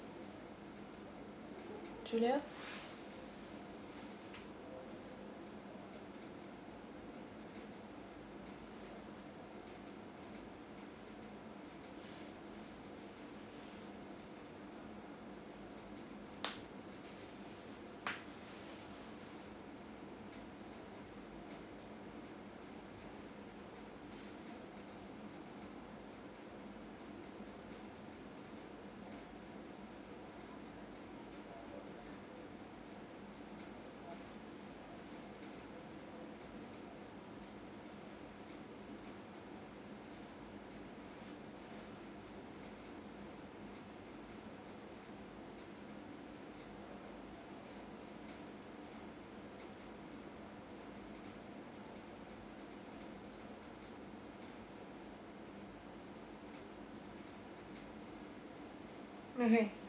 julia okay